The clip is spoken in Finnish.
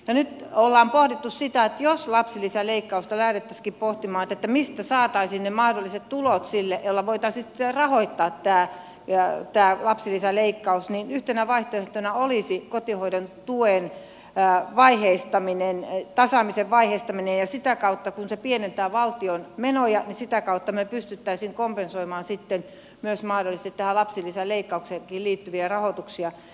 nyt on pohdittu sitä että jos lapsilisäleikkausta lähdettäisiinkin pohtimaan että mistä saataisiin sille ne mahdolliset tulot joilla voitaisiin sitten rahoittaa tämä lapsilisäleikkaus niin yhtenä vaihtoehtona olisi kotihoidon tuen tasaamisen vaiheistaminen ja kun se pienentää valtion menoja niin sitä kautta me pystyisimme kompensoimaan mahdollisesti tähän lapsilisäleikkaukseenkin liittyviä rahoituksia